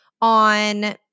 on